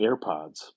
AirPods